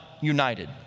united